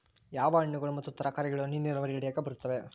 ಯಾವ ಹಣ್ಣುಗಳು ಮತ್ತು ತರಕಾರಿಗಳು ಹನಿ ನೇರಾವರಿ ಅಡಿಯಾಗ ಬರುತ್ತವೆ?